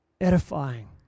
edifying